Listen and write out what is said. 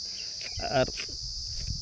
ᱟᱨ